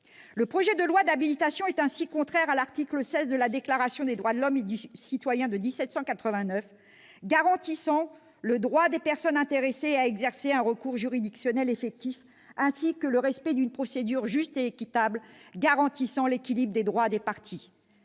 Le projet de loi d'habilitation est ainsi contraire à l'article XVI de la Déclaration des droits de l'homme et du citoyen de 1789 garantissant le droit des personnes intéressées à exercer un recours juridictionnel effectif, ainsi que le respect d'une procédure juste et équitable garantissant l'équilibre des droits des parties.